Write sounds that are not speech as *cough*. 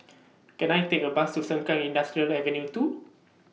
*noise* Can I Take A Bus to Sengkang Industrial Avenue two